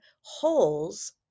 holes